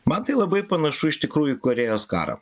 man tai labai panašu iš tikrųjų į korėjos karą